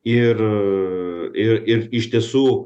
ir į ir iš tiesų